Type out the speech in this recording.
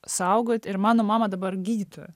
saugot ir mano mama dabar gydytoja